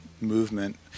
movement